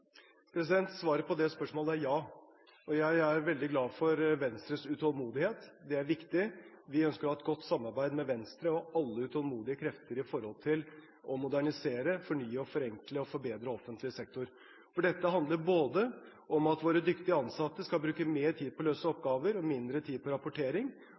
Svaret på det spørsmålet er ja. Jeg er veldig glad for Venstres utålmodighet. Det er viktig. Vi ønsker å ha et godt samarbeid med Venstre og alle utålmodige krefter om å modernisere, fornye, forenkle og forbedre offentlig sektor. Dette handler både om at våre dyktige ansatte skal bruke mer tid på å løse oppgaver og mindre tid på rapportering,